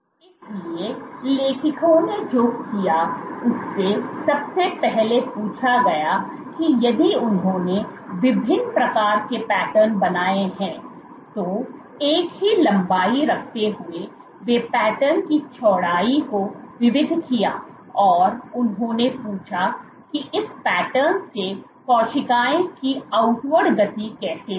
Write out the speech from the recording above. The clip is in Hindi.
इसलिए लेखकों ने जो किया उससे सबसे पहले पूछा गया कि यदि उन्होंने विभिन्न प्रकार के पैटर्न बनाए हैं तो एक ही लंबाई रखते हुए वे पैटर्न की चौड़ाई को विविध किया और उन्होंने पूछा कि इस पैटर्न से कोशिकाएं की आउटवर्ड गति कैसी थी